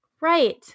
Right